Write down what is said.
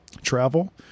travel